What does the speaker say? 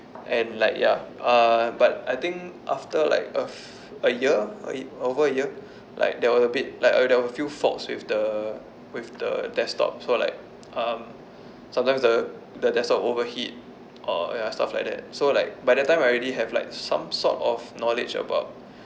and like ya uh but I think after like a f~ a year over a year like there were a bit like there were a few faults with the with the desktop so like um sometimes the the desktop overheat or ya stuff like that so like by that time I already have like some sort of knowledge about